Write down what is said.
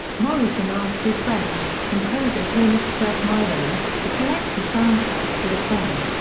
morrison asked his friend, composer pianist fred myrow, to select the soundtrack for the film.